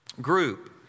group